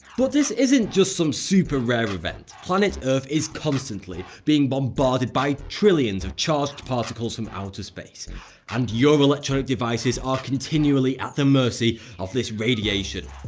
but this isn't some super-rare event. planet earth is constantly being bombarded by trillions of charged particles from outer space and your electronic devices are continually at the mercy of this radiation.